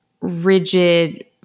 rigid